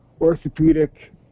orthopedic